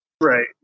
right